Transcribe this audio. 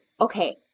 okay